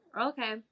Okay